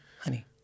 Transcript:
Honey